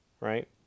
right